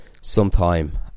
sometime